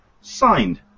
signed